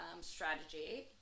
strategy